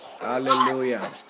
Hallelujah